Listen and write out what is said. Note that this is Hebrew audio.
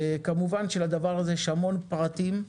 כמובן שלדבר הזה יש המון פרטים,